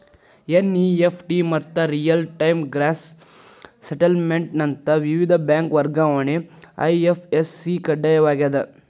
NEFT ಮತ್ತ real time gross settlement ನಂತ ವಿವಿಧ ಬ್ಯಾಂಕ್ ವರ್ಗಾವಣೆಗೆ ಐ.ಎಫ್.ಎಸ್.ಸಿ ಕಡ್ಡಾಯವಾಗ್ಯದ